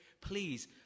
please